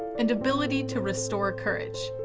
and ability to restore courage.